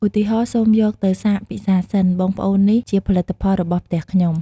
ឧទាហរណ៍ សូមយកទៅសាកពិសារសិន បងប្អូន នេះជាផលិតផលរបស់ផ្ទះខ្ញុំ។